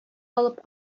алып